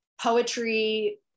poetry